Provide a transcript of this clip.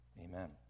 Amen